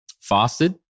fasted